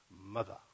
mother